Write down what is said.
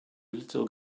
little